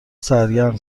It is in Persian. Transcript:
سرگرم